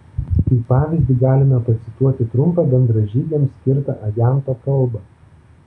kaip pavyzdį galime pacituoti trumpą bendražygiams skirtą ajanto kalbą